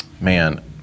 man